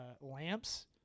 lamps